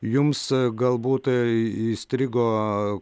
jums galbūt įstrigo